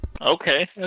Okay